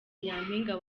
nyampinga